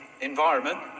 environment